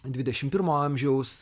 dvidešim pirmo amžiaus